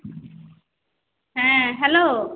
হ্যাঁ হ্যালো